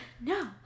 No